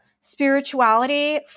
spirituality